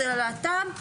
זה ללהט"ב,